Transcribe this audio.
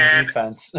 defense